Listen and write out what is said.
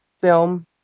film